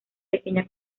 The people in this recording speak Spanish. pequeña